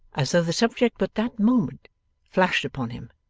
as though the subject but that moment flashed upon him,